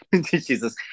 Jesus